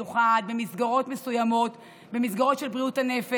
ואנחנו לא עסוקים במלחמות של קרדיט או של קואליציה